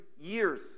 years